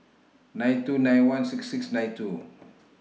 nine two nine one six six nine two